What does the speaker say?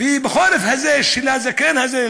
ואם בחורף הזה לזקן הזה,